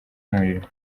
umuriro